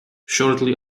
shortly